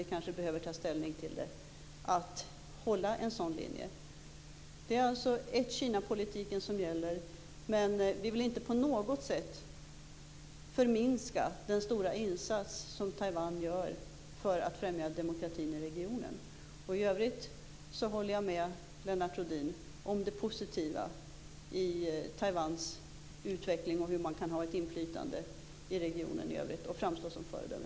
Då kanske vi behöver ta ställning till en sådan linje. Det är alltså ett-Kina-politiken som gäller, men vi vill inte på något sätt förringa den stora insats som Taiwan gör för att främja demokratin i regionen. I övrigt håller jag med Lennart Rohdin om det positiva i Taiwans utveckling, hur det kan ha inflytande i regionen i övrigt och framstå som föredöme.